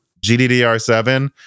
GDDR7